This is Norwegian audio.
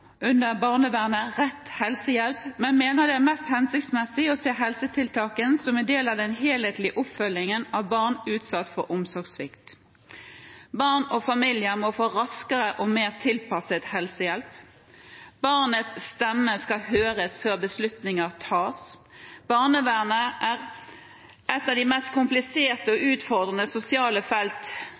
under barnevernet rett helsehjelp, men mener det er mest hensiktsmessig å se helsetiltakene som en del av den helhetlige oppfølgingen av barn utsatt for omsorgssvikt. Barn og familier må få raskere og mer tilpasset helsehjelp. Barnets stemme skal høres før beslutninger tas. Barnevernet er et av de mest kompliserte og utfordrende sosiale felt